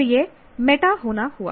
तो यह मेटा होना हुआ